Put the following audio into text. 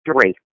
three